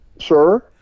Sir